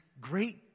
great